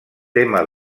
tema